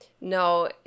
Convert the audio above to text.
no